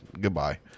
Goodbye